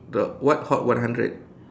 but what hot one hundred